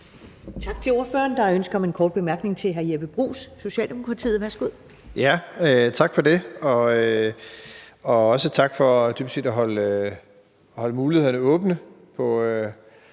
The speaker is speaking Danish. Tak til ordføreren. Der er ønske om en kort bemærkning fra hr. Jeppe Bruus, Socialdemokratiet. Værsgo. Kl. 10:32 Jeppe Bruus (S): Tak for det, og også tak for dybest set at holde mulighederne åbne